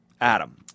Adam